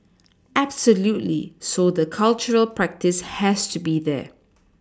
absolutely so the cultural practice has to be there